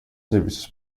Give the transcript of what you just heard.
serviços